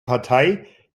partei